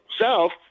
south